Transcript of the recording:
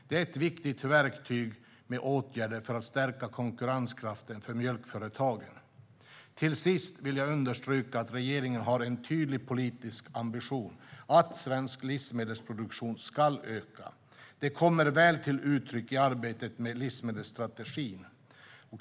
Det är ett viktigt verktyg med åtgärder för att stärka konkurrenskraften för mjölkföretagen. Till sist vill jag understryka att regeringen har en tydlig politisk ambition att svensk livsmedelsproduktion ska öka. Det kommer väl till uttryck i arbetet med livsmedelsstrategin.